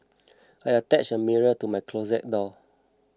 I attached a mirror to my closet door